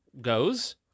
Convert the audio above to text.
goes